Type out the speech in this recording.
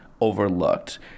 overlooked